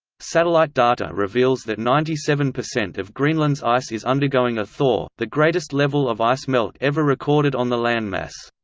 satellite data reveals that ninety seven percent of greenland's ice is undergoing a thaw, the greatest level of ice melt ever recorded on the landmass.